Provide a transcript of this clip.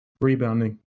rebounding